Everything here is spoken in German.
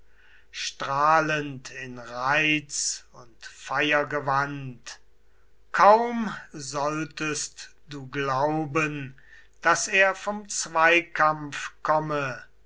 in reiz und feiergewand kaum solltest du glauben daß er vom zweikampf komme